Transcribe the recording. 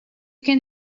can